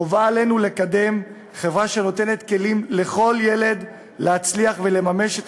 חובה עלינו לקדם חברה שנותנת כלים לכל ילד להצליח ולממש את